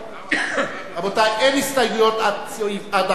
רבותי, אין הסתייגויות עד סוף החוק,